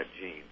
gene